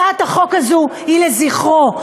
הצעת החוק הזאת היא לזכרו.